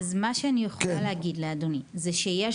אז מה שאני יכולה להגיד לאדוני זה שיש